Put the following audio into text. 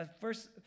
First